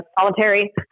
solitary